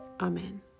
Amen